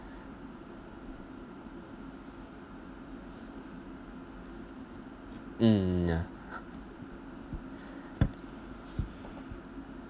mm ya